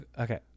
okay